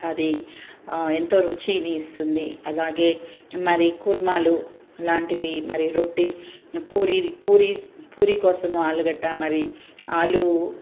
అది ఎంతో రుచిని ఇస్తుంది అలాగే మరి ఖుర్మాలు ఇలాంటివి మరి రొట్టి పూరి పూరీస్ పూరీ కోసము ఆలుగడ్డ మరి ఆలు